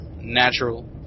natural